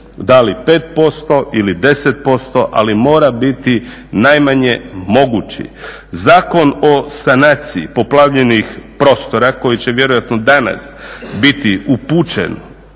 Da li 5%, ili 10% ali mora biti najmanje moguće. Zakon o sanaciji poplavljenih prostora koji će vjerojatno danas biti upućen